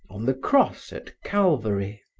on the cross at calvary?